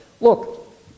look